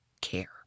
care